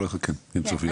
כן, כן, צופיה.